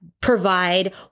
provide